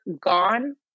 gone